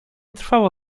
trwało